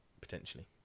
potentially